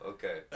Okay